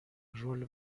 رول